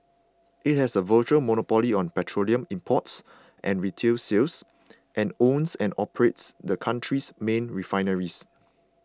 it has a virtual monopoly on petroleum imports and retail sales and owns and operates the country's main refineries